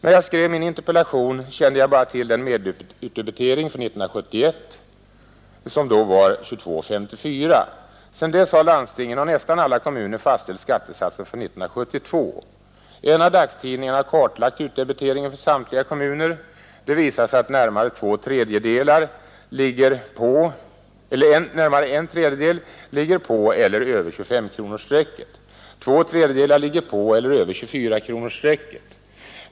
När jag skrev min interpellation kände jag bara till medelutdebiteringen för år 1971, som då var 22:54. Sedan dess har landstingen och nästan alla kommunerna fastställt skattesatser för 1972. En av dagstidningarna har kartlagt utdebiteringen för samtliga kommuner. Det visar sig att närmare en tredjedel ligger på eller över 25-kronorsstrecket, två tredjedelar ligger på eller över 24-kronorsstrecket.